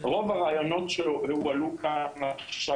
רוב הרעיונות שהועלו כאן עכשיו,